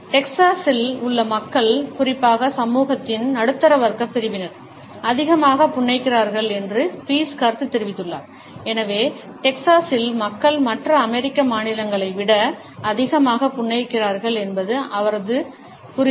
டெக்சாஸில் உள்ள மக்கள் குறிப்பாக சமூகத்தின் நடுத்தர வர்க்கப் பிரிவினர் அதிகமாக புன்னகைக்கிறார்கள் என்று பீஸ் கருத்து தெரிவித்துள்ளார் எனவே டெக்சாஸில் மக்கள் மற்ற அமெரிக்க மாநிலங்களை விட அதிகமாக புன்னகைக்கிறார்கள் என்பது அவரது புரிதல்